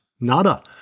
Nada